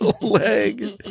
leg